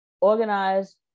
organize